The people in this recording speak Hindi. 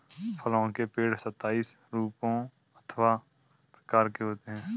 फलों के पेड़ सताइस रूपों अथवा प्रकार के होते हैं